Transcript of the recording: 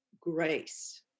grace